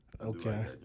Okay